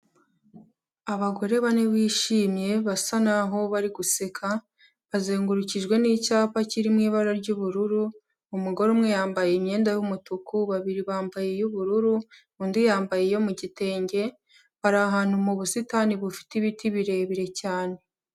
Abagore bane bishimye basa naho bari guseka, bazengurukijwe n'icyapa kiri mu ibara ry'ubururu, umugore umwe yambaye imyenda y'umutuku babiri bambaye iy'ubururu, undi yambaye iyo mu gitenge, bari ahantu mu busitani bufite ibiti birebire cyane.